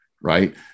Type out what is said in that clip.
right